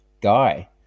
guy